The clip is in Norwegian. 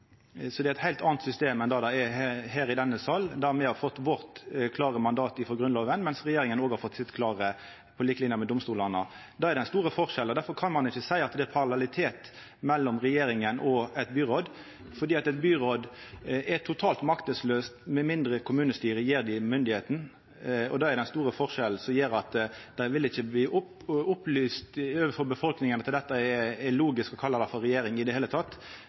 er i denne salen. Me, regjeringa og domstolane har fått våre klare mandat frå Grunnloven. Det er den store forskjellen, og difor kan ein ikkje seia at det er parallellitet mellom regjeringa og eit byråd, fordi eit byråd er totalt makteslaust, med mindre kommunestyret gjev dei myndigheita. Det er den store forskjellen, som gjer at det ikkje vil vera opplysande for befolkninga at det er logisk å kalla det «regjering» i det heile,